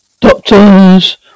Doctors